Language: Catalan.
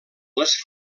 les